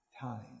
time